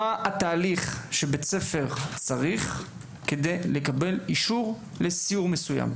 הסבר לתהליך שבית ספר צריך לעבור על מנת לקבל אישור לסיור מסוים.